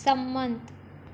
સંમત